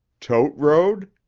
tote road?